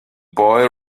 boy